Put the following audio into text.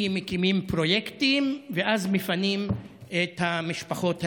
כי מקימים פרויקטים ואז מפנים את המשפחות האלה.